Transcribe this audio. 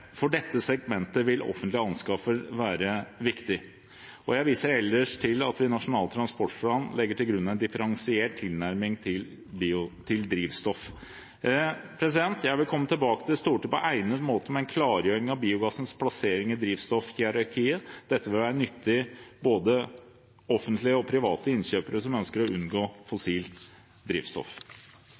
For dette segmentet vil offentlige anskaffelser være viktig. Jeg viser ellers til at vi i Nasjonal transportplan legger til grunn en differensiert tilnærming til drivstoff. Jeg vil komme tilbake til Stortinget på egnet måte med en klargjøring av biogassens plassering i drivstoffhierarkiet. Dette vil være nyttig for både offentlige og private innkjøpere som ønsker å unngå fossilt drivstoff.